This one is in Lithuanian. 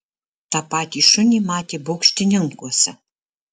tą patį šunį matė baukštininkuose